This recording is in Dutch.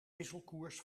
wisselkoers